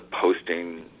posting